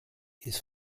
ist